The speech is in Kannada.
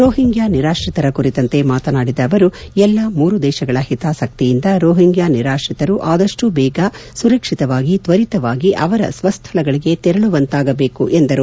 ರೋಹಿಂಗ್ಡಾ ನಿರಾತ್ರಿತರ ಕುರಿತಂತೆ ಮಾತನಾಡಿದ ಅವರು ಎಲ್ಲ ಮೂರೂ ದೇಶಗಳ ಹಿತಾಸಕ್ತಿಯಿಂದ ರೋಹಿಂಗ್ಡಾ ನಿರಾತ್ರಿತರು ಅದಷ್ಟೂ ಬೇಗ ಸುರಕ್ಷಿತವಾಗಿ ತ್ವರಿತವಾಗಿ ಅವರ ಸ್ವಸ್ಥಳಗಳಿಗೆ ತೆರಳುವಂತಾಗಬೇಕು ಎಂದರು